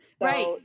right